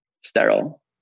sterile